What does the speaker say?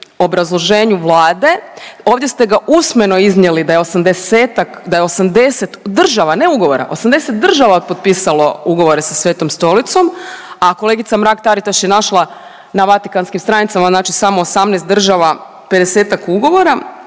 obrazloženju Vlade. Ovdje ste ga usmeno iznijeli da je osamdesetak, da je 80 država, ne ugovora, 80 država potpisalo ugovore sa Svetom Stolicom, a kolegica Mrak-Taritaš je našla na Vatikanskim stranicama, znači samo 18 država pedesetak ugovora.